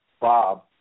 Bob